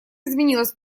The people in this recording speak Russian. изменилась